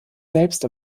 selbst